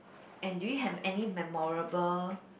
and do you have any memorable